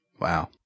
Wow